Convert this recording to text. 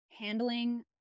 Handling